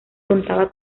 contaba